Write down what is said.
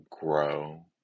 grow